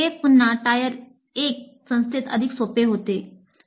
हे पुन्हा टायर 1 संस्थेत अधिक सोपे आहे